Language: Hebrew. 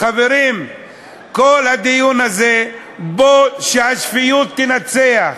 חברים, בואו, בכל הדיון הזה, שהשפיות תנצח.